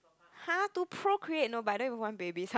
!huh! to procreate no but I don't even want babies